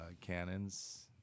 Cannons